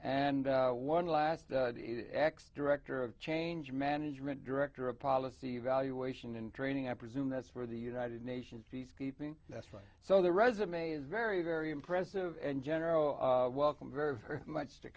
and one last ex director of change management director of policy evaluation and training i presume that's for the united nations peacekeeping force so their resume is very very impressive and general welcome very much to